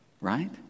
right